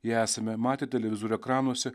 jei esame matę televizorių ekranuose